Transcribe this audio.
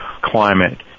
climate